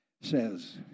says